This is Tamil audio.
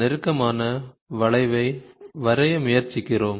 நெருக்கமான வளைவை வரைய முயற்சிக்கிறோம்